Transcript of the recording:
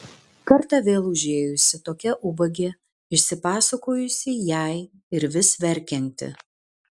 kartą vėl užėjusi tokia ubagė išsipasakojusi jai ir vis verkianti